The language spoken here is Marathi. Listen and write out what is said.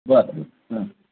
बरं बरं